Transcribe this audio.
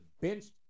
benched